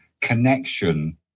connection